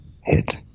hit